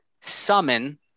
summon